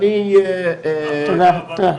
רק אהבה תנצח.